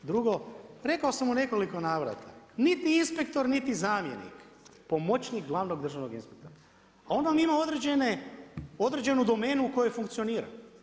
Drugo rekao sam u nekoliko navrata, niti inspektor, niti zamjenik, pomoćnik glavnog državnog inspektora a on vam određenu domenu u kojoj funkcionira.